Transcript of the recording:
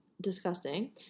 disgusting